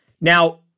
Now